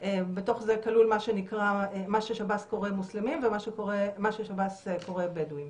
בתוך זה כלול מה ששב"ס קורא מוסלמים ומה ששב"ס קורא בדואים,